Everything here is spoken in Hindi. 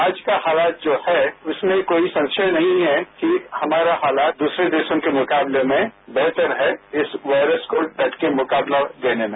आज का हालात जो है इसमें कोई संशय नहीं है कि हमारा हालात दूसरे देशों के मुकाबले में बेहतर है इस वायस्त को डट के मुकाबला देने में